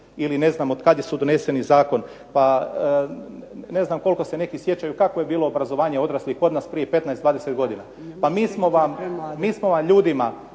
ili ne znam od kad je donesen zakon, pa ne znam koliko se neki sjećaju kako je bilo obrazovanje odraslih kod nas prije 15, 20 godina? Pa mi smo vam ljudima